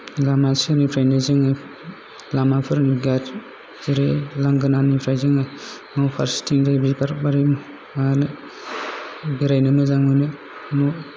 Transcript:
लामा सेरनिफ्रायनो जोङो लामाफोर गार जेरै लांगोनानिफ्राय जोङो न' फारसेथिंजाय बिबार बारिआनो बेरायनो मोजां मोनो न'